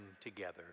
together